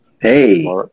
Hey